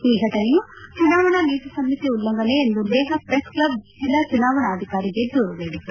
ಈ ಘಟನೆಯು ಚುನಾವಣಾ ನೀತಿ ಸಂಹಿತೆ ಉಲ್ಲಂಘನೆ ಎಂದು ಲೇಹ್ ಪ್ರೆಸ್ ಕ್ಲಬ್ ಜಿಲ್ಲಾ ಚುನಾವಣಾಧಿಕಾರಿಗೆ ದೂರು ನೀಡಿತ್ತು